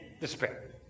despair